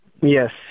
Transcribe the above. Yes